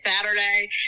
Saturday